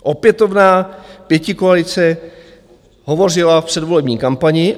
Opětovná pětikoalice hovořila v předvolební kampani.